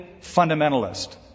fundamentalist